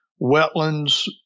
wetlands